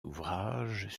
ouvrages